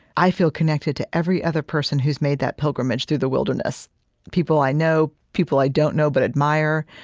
i feel connected to every other person who's made that pilgrimage through the wilderness people i know, people i don't know but admire.